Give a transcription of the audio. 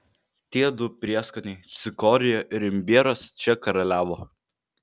tie du prieskoniai cikorija ir imbieras čia karaliavo